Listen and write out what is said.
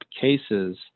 cases